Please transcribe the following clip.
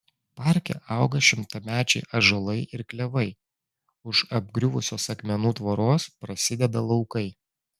parke auga šimtamečiai ąžuolai ir klevai už apgriuvusios akmenų tvoros prasideda laukai